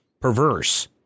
perverse